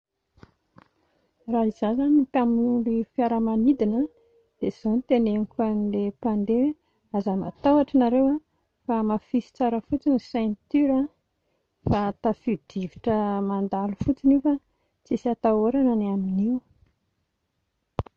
Raha izaho izany no mpanamory fiaramanidina dia izao no teneniko an'ilay mpandeha hoe aza matahotra ianareo a, fa amafiso tsara fotsiny ny ceinture a, fa tafiodrivotra mandalo fotsiny io fa tsisy hatahorana ny amin 'io